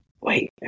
Wait